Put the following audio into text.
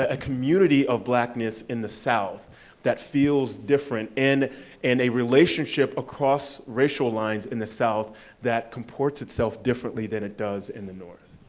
a community of blackness in the south that feels different, and a relationship across racial lines in the south that comports itself differently than it does in the north.